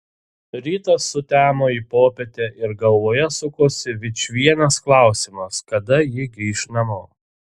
rytas sutemo į popietę ir galvoje sukosi vičvienas klausimas kada ji grįš namo